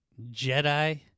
Jedi